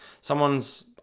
Someone's